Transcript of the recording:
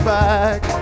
back